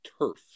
turf